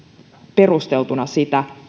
perusteltuna sitä